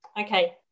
Okay